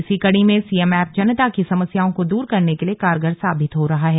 इसी कड़ी में सीएम एप जनता की समस्याओं को दूर करने के लिए कारगर साबित हो रहा है